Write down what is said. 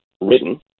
written